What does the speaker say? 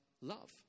love